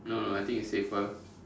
no no I think it's safer